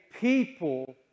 people